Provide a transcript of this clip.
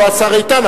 לא השר איתן,